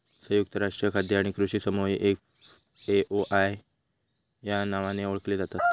संयुक्त राष्ट्रीय खाद्य आणि कृषी समूह ही एफ.ए.ओ या नावाने ओळखली जातत